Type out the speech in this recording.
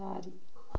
ଚାରି